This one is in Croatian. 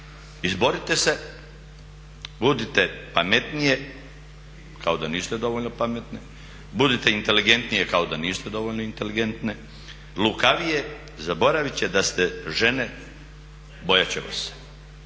izborite se, budite pametnije, kao da niste dovoljno pametne, budite inteligentnije kao da niste dovoljno inteligentne, lukavije, zaboravit će da ste žene i bojat će vas